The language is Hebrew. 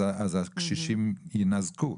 אז הקשישים יינזקו.